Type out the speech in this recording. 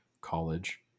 college